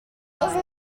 that